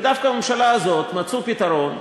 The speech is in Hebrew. ודווקא בממשלה הזאת מצאו פתרון,